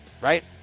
Right